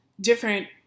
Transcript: different